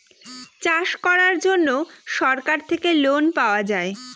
চাষ করার জন্য সরকার থেকে লোন পাওয়া যায়